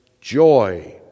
joy